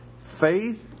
Faith